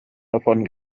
davon